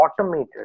automated